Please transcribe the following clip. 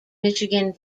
michigan